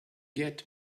get